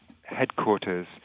headquarters